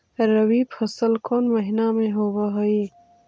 रबी फसल कोन महिना में होब हई?